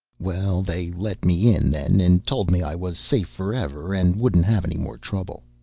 well, they let me in, then, and told me i was safe forever and wouldn't have any more trouble.